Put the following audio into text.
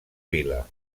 vila